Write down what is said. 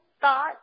thought